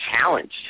challenged